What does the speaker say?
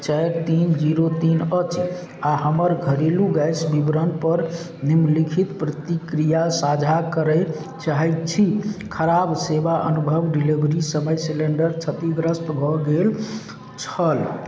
चारि तीन जीरो तीन अछि आओर हमर घरेलू गैस विवरणपर निम्नलिखित प्रतिक्रिया साझा करै चाहै छी खराब सेवा अनुभव डिलिवरी समय सिलिण्डर क्षतिग्रस्त भऽ गेल छल